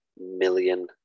million